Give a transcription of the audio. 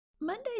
Monday